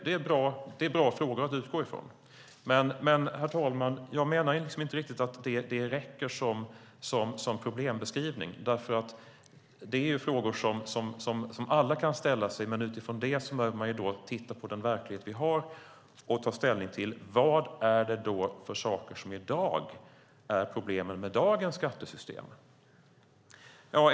Det är bra frågor att utgå från. Men, herr talman, jag menar att det inte räcker som problembeskrivning, därför att det är frågor som alla kan ställa sig. Utifrån det behöver man titta på den verklighet som vi har och ta ställning till vad som är problemen med dagens skattesystem.